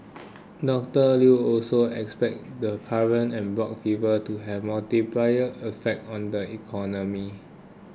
Docter Lew also said he expects the current en bloc fever to have a multiplier effect on the economy